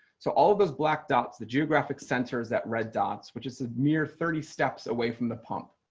so all of those black dots. the geographic centers that red dots which is a mere thirty steps away from the pump.